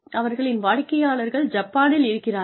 அவர்களின் வாடிக்கையாளர்கள் ஜப்பானில் இருக்கிறார்கள்